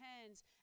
hands